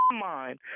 mind